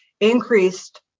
increased